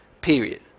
Period